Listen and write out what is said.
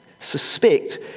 suspect